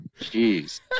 Jeez